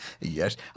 Yes